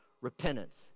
repentance